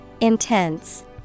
Intense